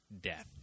death